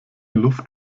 luft